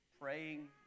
praying